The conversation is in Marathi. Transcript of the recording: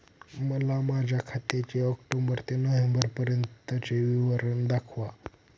मला माझ्या खात्याचे ऑक्टोबर ते नोव्हेंबर पर्यंतचे विवरण दाखवा